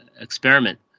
experiment